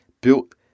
Built